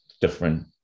different